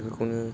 बेफोरखौनो